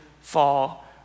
fall